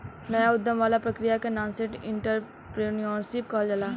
नाया उधम वाला प्रक्रिया के नासेंट एंटरप्रेन्योरशिप कहल जाला